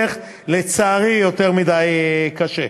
ולצערי זה הולך יותר מדי קשה.